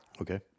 Okay